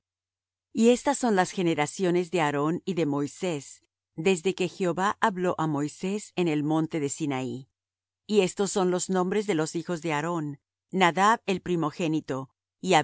y estas son las generaciones de aarón y de moisés desde que jehová habló á moisés en el monte de sinaí y estos son los nombres de los hijos de aarón nadab el primogénito y